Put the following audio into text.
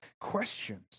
questions